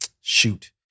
shoot